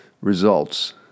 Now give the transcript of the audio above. Results